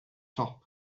top